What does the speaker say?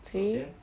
昨天